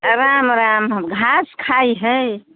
राम राम हम घास खाइ हय